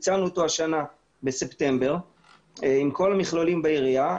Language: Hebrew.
ביצענו אותו השנה בספטמבר עם כל המכלולים בעירייה.